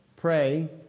pray